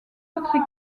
autres